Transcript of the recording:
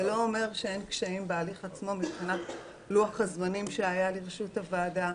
זה לא אומר שאין קשיים בהליך עצמו מבחינת לוח הזמנים שהיה לרשות הוועדה,